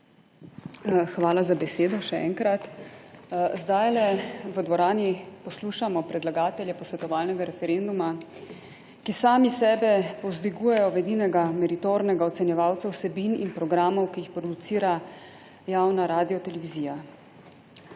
Hvala za besedo še enkrat. Zdajle v dvorani poslušamo predlagatelje posvetovalnega referenduma, ki sami sebe povzdigujejo v edinega meritornega ocenjevalca vsebin in programov, ki jih producira javna Radiotelevizija.